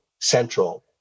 central